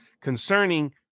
concerning